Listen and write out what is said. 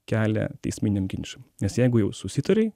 kelią teisminiam ginčam nes jeigu jau susitarei